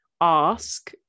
ask